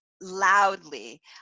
loudly